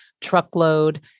Truckload